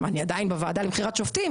אני עדיין בוועדה לבחירת שופטים,